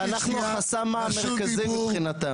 ואנחנו החסם המרכזי מבחינתם.